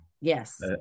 Yes